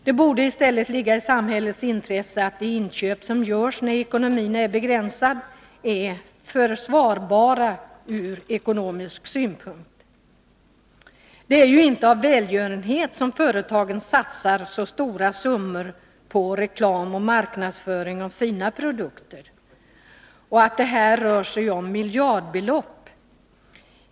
Det borde i stället ligga i samhällets intresse att de inköp som görs när ekonomin är begränsad är försvarbara ur ekonomisk synpunkt. Det är ju inte av välgörenhet som företagen satsar så stora summor på reklam och marknadsföring av sina produkter. Det rör sig om miljardbelopp.